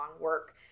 work